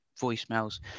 voicemails